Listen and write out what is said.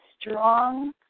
strong